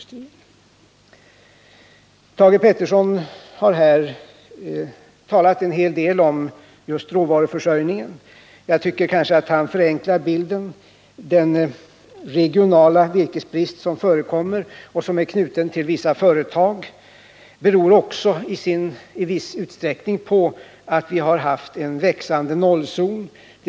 Thage Peterson har talat en hel del om just råvaruförsörjningen. Jag tycker nog att han förenklar bilden. Den regionala virkesbrist som förekommer och som är knuten till vissa företag beror också i viss utsträckning på att vi har haft en växande nollzon.